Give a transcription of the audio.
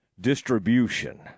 distribution